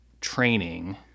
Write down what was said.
training